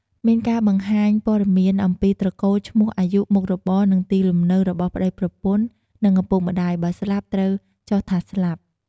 មានការបង្ហាញព័ត៌មានអំពីត្រកូល ឈ្មោះ អាយុ មុខរបរ និងទីលំនៅរបស់ប្ដីប្រពន្ធ និងឪពុកម្ដាយ បើស្លាប់ត្រូវចុះថាស្លាប់។